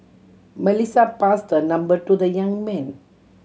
Melissa passed her number to the young man